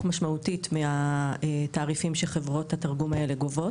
משמעותית מהתעריפים שחברות התרגום האלה גובות.